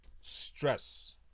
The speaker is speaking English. stress